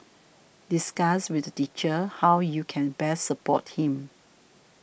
discuss with the teacher how you can best support him